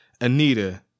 Anita